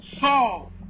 Saul